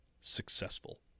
successful